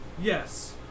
Yes